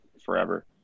forever